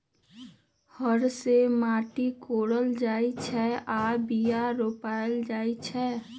हर से माटि कोरल जाइ छै आऽ बीया रोप्ल जाइ छै